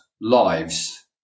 lives